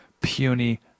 puny